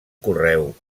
correu